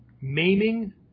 maiming